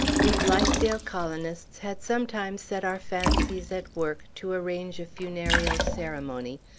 we blithedale colonists had sometimes set our fancies at work to arrange a funereal ceremony,